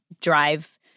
drive